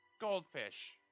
Goldfish